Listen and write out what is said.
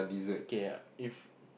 okay ah if